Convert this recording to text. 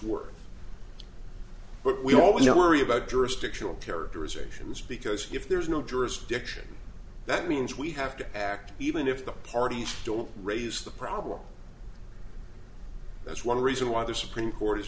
worth but we always worry about jurisdictional characterizations because if there's no jurisdiction that means we have to act even if the parties don't raise the problem that's one reason why the supreme court is